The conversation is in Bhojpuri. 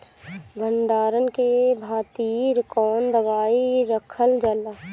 भंडारन के खातीर कौन दवाई रखल जाला?